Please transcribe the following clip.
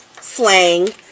slang